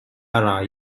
are